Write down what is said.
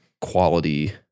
quality